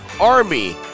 army